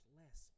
less